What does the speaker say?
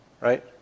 right